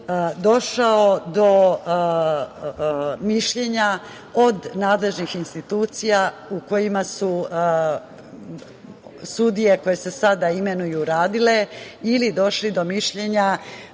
došao do mišljenja od nadležnih institucija u kojima su sudije koje se sada imenuju radile ili došli do mišljenja